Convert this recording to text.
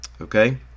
okay